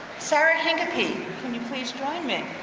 sarah hankapy, can you please join me?